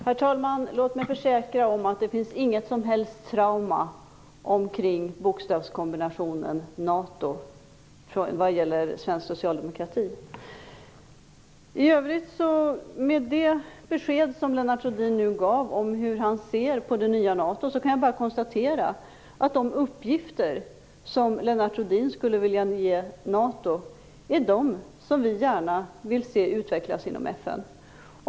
Herr talman! Låt mig försäkra om att det inte finns något som helst trauma omkring bokstavskombinationen NATO inom svensk socialdemokrati. Efter det besked som Lennart Rohdin nu gav om hur han ser på det nya NATO kan jag bara konstatera att de uppgifter som Lennart Rohdin skulle vilja ge NATO är de uppgifter som vi gärna vill se utvecklas inom FN.